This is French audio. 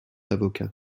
avocat